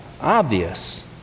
obvious